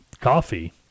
coffee